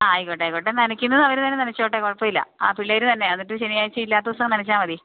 ആ ആയിക്കോട്ടെ ആയിക്കോട്ടെ നനയ്ക്കുന്നത് അവര് തന്നെ നനച്ചുകൊള്ളട്ടെ കുഴപ്പമില്ല ആ പിള്ളേര് തന്നെ എന്നിട്ട് ശനിയാഴ്ച ഇല്ലാത്ത ദിവസം നനച്ചാല് മതി